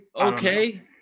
okay